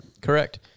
Correct